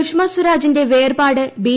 സുഷമ സ്വരാജിന്റെ വേർപാട് ബി